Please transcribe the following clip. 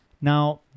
Now